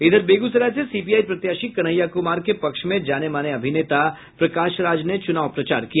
इधर बेगूसराय से सीपीआई प्रत्याशी कन्हैया कुमार के पक्ष में जाने माने अभिनेता प्रकाश राज ने चुनाव प्रचार किया